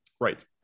Right